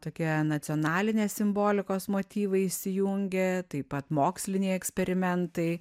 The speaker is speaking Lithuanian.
tokie nacionalinės simbolikos motyvai įsijungė taip pat moksliniai eksperimentai